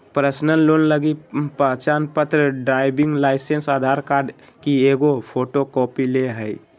personal loan लगी पहचानपत्र, driving licence, Aadhaar card की एगो फोटोकॉपी ले हइ